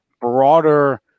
broader